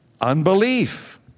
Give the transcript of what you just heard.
unbelief